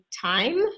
time